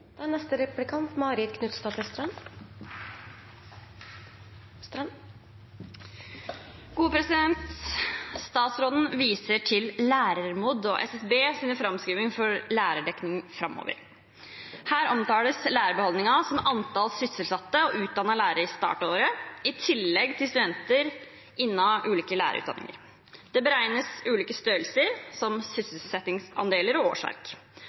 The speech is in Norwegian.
Statsråden viser til LÆRERMOD og SSBs framskrivning for lærerdekning framover. Her omtales lærerbeholdningen som antall sysselsatte og utdannete lærere i startåret, i tillegg til studenter innen ulike lærerutdanninger. Det beregnes ulike størrelser, som sysselsettingsandeler og årsverk.